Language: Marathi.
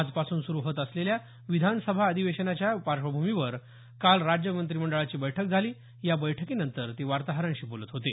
आजपासून सुरू होत असलेल्या विधीमंडळ अधिवेशनाच्या पार्श्वभूमीवर काल राज्य मंत्रिमंडळाची बैठक झाली या बैठकीनंतर ते वार्ताहरांशी बोलत होते